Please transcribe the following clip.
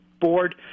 board